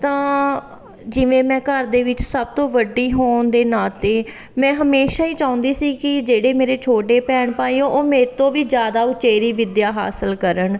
ਤਾਂ ਜਿਵੇਂ ਮੈਂ ਘਰ ਦੇ ਵਿੱਚ ਸਭ ਤੋਂ ਵੱਡੀ ਹੋਣ ਦੇ ਨਾਤੇ ਮੈਂ ਹਮੇਸ਼ਾਂ ਹੀ ਚਾਹੁੰਦੀ ਸੀ ਕਿ ਜਿਹੜੇ ਮੇਰੇ ਛੋਟੇ ਭੈਣ ਭਾਈ ਆ ਉਹ ਮੇਰੇ ਤੋਂ ਵੀ ਜ਼ਿਆਦਾ ਉਚੇਰੀ ਵਿੱਦਿਆ ਹਾਸਲ ਕਰਨ